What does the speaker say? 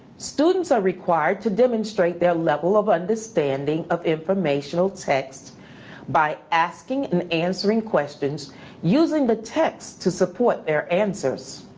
students are required to demonstrate their level of understanding of informational texts by asking and answering questions using the texts to support their answers.